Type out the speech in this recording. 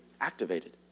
activated